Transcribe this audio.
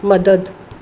मदद